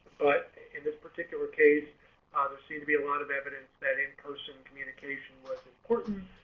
but in this particular case ah there seem to be a lot of evidence that in-person communication was important,